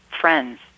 friends